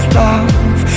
love